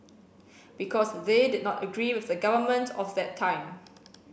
because they did not agree with the government of that time